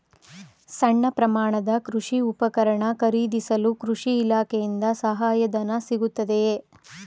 ಸಣ್ಣ ಪ್ರಮಾಣದ ಕೃಷಿ ಉಪಕರಣ ಖರೀದಿಸಲು ಕೃಷಿ ಇಲಾಖೆಯಿಂದ ಸಹಾಯಧನ ಸಿಗುತ್ತದೆಯೇ?